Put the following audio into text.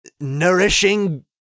nourishing